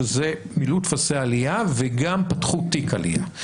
שזה מילאו טופסי עלייה וגם פתחו תיק עלייה,